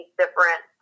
different